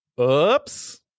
oops